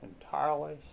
entirely